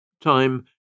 Time